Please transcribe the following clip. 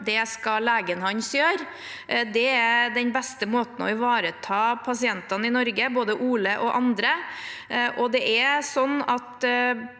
Det skal legen hans gjøre. Det er den beste måten å ivareta pasientene i Norge på, både Ole og andre.